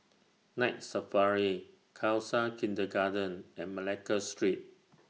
Night Safari Khalsa Kindergarten and Malacca Street